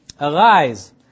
arise